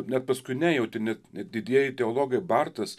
net paskui nejauti net didieji teologai bartas